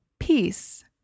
Peace